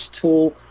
tool